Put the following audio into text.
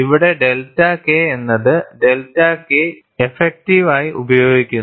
ഇവിടെ delta K എന്നത് delta K effective ആയി ഉപയോഗിക്കുന്നു